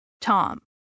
tom